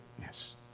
Yes